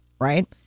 right